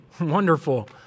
Wonderful